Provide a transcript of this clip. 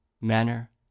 manner